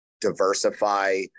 diversify